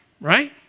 Right